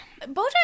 Bojack